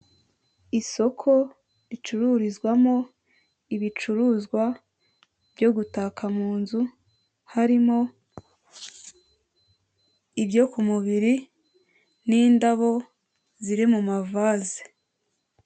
Isoko ricururizwamo ibicuruzwa byo gutaka mu inzu, harimo ibyo ku mubiri n'indabo ziri m’amavase.